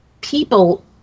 people